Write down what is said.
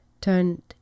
turned